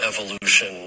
evolution